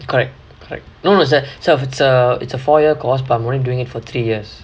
correct correct nono it's a it's a four year course but I'm only doing it for three years